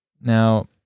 Now